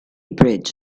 bridge